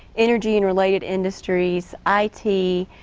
energy and relateindustries, i t,